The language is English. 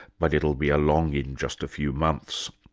but it'll be along in just a few months.